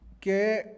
Que